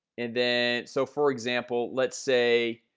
and then so for example, let's say